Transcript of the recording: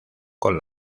con